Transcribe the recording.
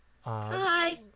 Hi